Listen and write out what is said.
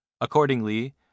Accordingly